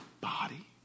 body